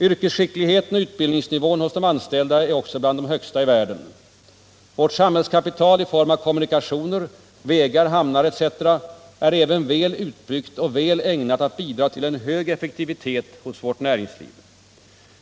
Yrkesskickligheten och utbildningsnivån hos de anställda är också bland de högsta i världen. Vårt samhällskapital - i form av kommunikationer, vägar, hamnar etc. — är även väl utbyggt och väl ägnat att bidra till en hög effektivitet hos vårt näringsliv.